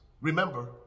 Remember